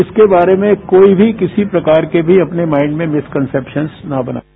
इसके बारे में कोई भी किसी प्रकार के अपने माइंड में मिसकसेप्शंस न बनाएं